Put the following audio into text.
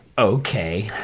okay.